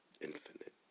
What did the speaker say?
infinite